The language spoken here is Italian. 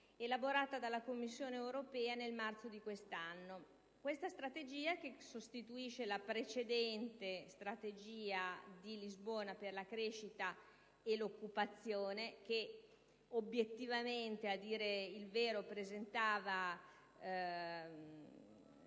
elaborata dalla Commissione europea nel marzo di quest'anno. Questa strategia, che sostituisce la precedente Strategia di Lisbona per la crescita e l'occupazione - che, obiettivamente, presentava